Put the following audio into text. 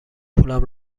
پولم